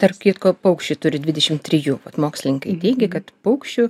tarp kitko paukščiai turi dvidešim trijų vat mokslininkai teigia kad paukščių